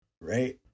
right